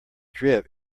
drip